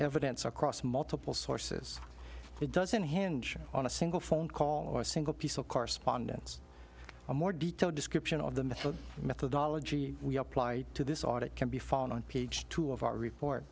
evidence across multiple sources it doesn't hinge on a single phone call or a single piece of correspondence a more detailed description of the methodology we apply to this audit can be found on page two of our report